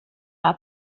are